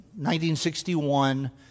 1961